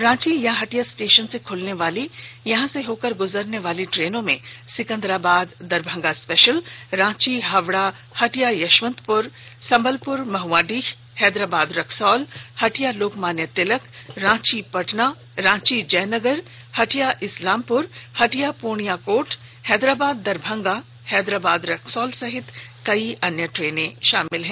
रांची या हटिया स्टेशन से खुलनेवाली तथा यहां से होकर गुजरनेवाली ट्रेनो में सिकदराबाद दरभंगा स्पेशल रांची हावड़ा हटिया यशवंतपुर संबलपुर मंड्वाडीह हैदराबाद रक्सौल हटिया लोकमान्य तिलक रांची पटना रांची जयनगर हटिया इस्लामपुर हटिया पूर्णिया कोर्ट हैदराबाद दरभंगा हैदराबाद रक्सौल सहित कई ट्रेनें शामिल हैं